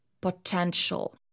potential